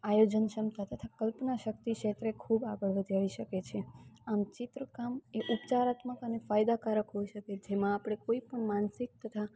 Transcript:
આયોજન ક્ષમતા તથા કલ્પના શક્તિ ક્ષેત્રે ખૂબ આગળ વધારી શકીએ છીએ આમ ચિત્રકામ એ ઉપચારાત્મક અને ફાયદાકારક હોય છે કે જેમાં આપણે કોઈપણ માનસિક તથા